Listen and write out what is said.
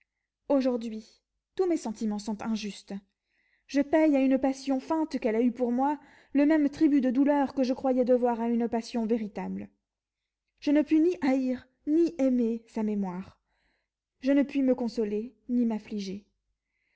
aujourd'hui tous mes sentiments sont injustes je paye à une passion feinte qu'elle a eue pour moi le même tribut de douleur que je croyais devoir à une passion véritable je ne puis ni haïr ni aimer sa mémoire je ne puis me consoler ni